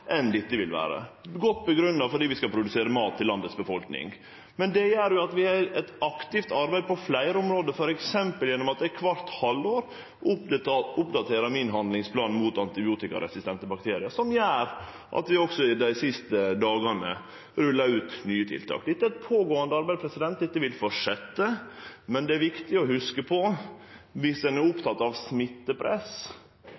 enn dette vil vere. Det er godt grunna i at vi skal produsere mat til landets befolkning. Men det gjer at vi har eit aktivt arbeid på fleire område, t.d. gjennom at ein kvart halvår oppdaterer min handlingsplan mot antibiotikaresistente bakteriar, som gjer at vi òg dei siste dagane har rulla ut nye tiltak. Dette er eit pågåande arbeid, dette vil fortsetje, men det er viktig å hugse på – viss ein er